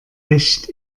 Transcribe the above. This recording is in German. echt